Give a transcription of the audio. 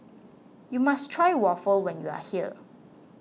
you must try Waffle when you are here